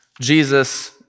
Jesus